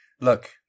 look